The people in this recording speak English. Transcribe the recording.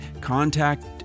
Contact